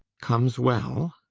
comes well?